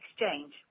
exchange